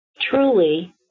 truly